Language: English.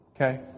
Okay